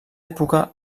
època